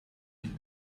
wind